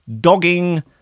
dogging